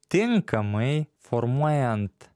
tinkamai formuojant